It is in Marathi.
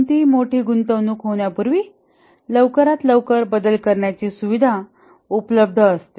कोणतीही मोठी गुंतवणूक होण्या पूर्वी लवकरात लवकर बदल करण्याची सुविधा उपलब्ध असते